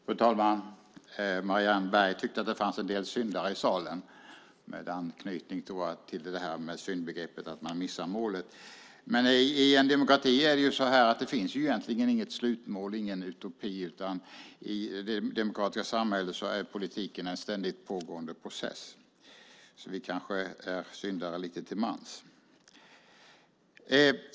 Fru talman! Marianne Berg tyckte, med anknytning till syndbegreppet att man missar målet, att det finns syndare i salen. I en demokrati finns det egentligen inget slutmål och ingen utopi. I det demokratiska samhället är politiken en ständigt pågående process, så vi kanske är syndare lite till mans.